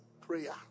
Prayer